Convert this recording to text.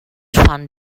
fan